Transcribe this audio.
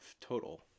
total